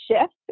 shift